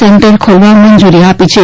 centre ખોલવા મંજુરી આપી છે